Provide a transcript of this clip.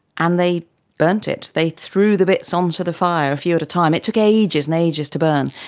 and they burnt it. they threw the bits onto the fire a few at a time. it took ages and ages to burn,